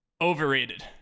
overrated